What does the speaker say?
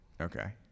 Okay